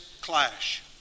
clash